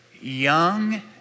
young